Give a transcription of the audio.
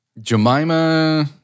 Jemima